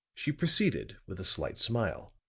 she proceeded with a slight smile.